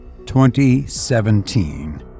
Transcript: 2017